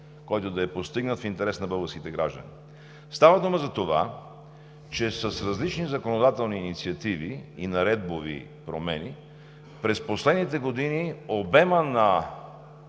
който да е постигнат в интерес на българските граждани. Става дума за това, че с различни законодателни инициативи и наредбови промени през последните години обемът на